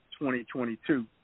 2022